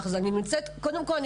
קודם כול,